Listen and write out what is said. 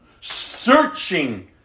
Searching